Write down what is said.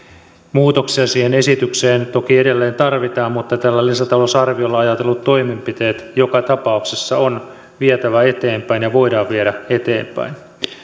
muutoksia siihen esitykseen toki edelleen tarvitaan mutta tällä lisätalousarviolla ajatellut toimenpiteet joka tapauksessa on vietävä eteenpäin ja voidaan viedä eteenpäin